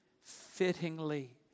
fittingly